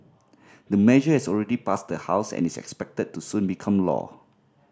the measure has already passed the House and is expected to soon become law